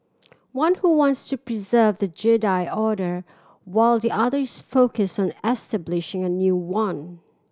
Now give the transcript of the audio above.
one who wants to preserve the Jedi Order while the other is focused on establishing a new one